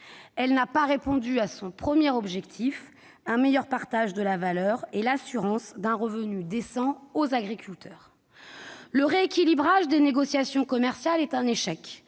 Elle n'a pas répondu à son premier objectif : un meilleur partage de la valeur et l'assurance d'un revenu décent aux agriculteurs. Le rééquilibrage des négociations commerciales est un échec.